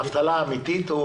אבטלה אמיתית?